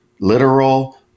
literal